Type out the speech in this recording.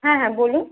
হ্যাঁ হ্যাঁ বলুন